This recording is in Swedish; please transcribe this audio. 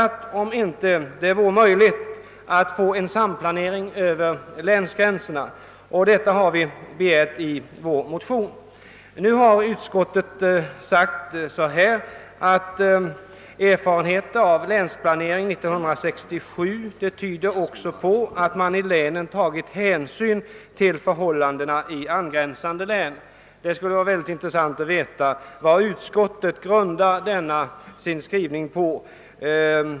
Vi har i motionerna begärt att det skall bli en samplanering över länsgränserna. Utskottet skriver med anledning av motionsyrkandet: >»Erfarenheterna av länsplanering 1967 tyder också på att man i länen tagit betydande hänsyn till förhållanden i angränsande län.« Det skulle vara intressant att veta vad utskottet grundar denna skrivning på.